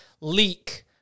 leak